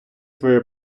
твоя